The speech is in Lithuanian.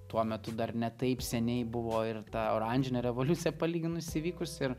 tuo metu dar ne taip seniai buvo ir ta oranžinė revoliucija palyginus įvykus ir